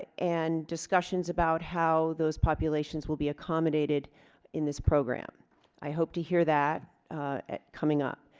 and discussions about how those populations will be accommodated in this program i hope to hear that coming up